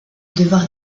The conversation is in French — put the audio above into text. devoir